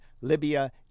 Libya